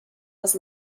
was